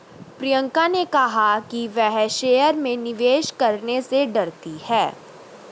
प्रियंका ने कहा कि वह शेयर में निवेश करने से डरती है